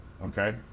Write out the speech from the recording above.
Okay